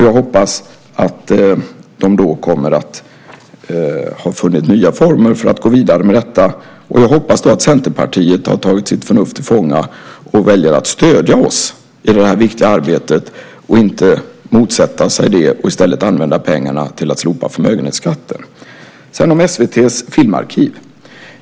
Jag hoppas att de då kommer att ha funnit nya former för att gå vidare med detta, och jag hoppas att Centerpartiet då har tagit sitt förnuft till fånga, väljer att stödja oss i det här viktiga arbetet och inte motsätter sig det och i stället använder pengarna till att slopa förmögenhetsskatten. Sedan handlar det om SVT:s filmarkiv.